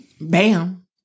Bam